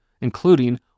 including